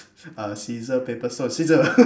uh scissor paper stone scissors